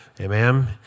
Amen